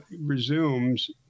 resumes